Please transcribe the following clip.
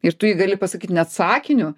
ir tu jį gali pasakyt net sakiniu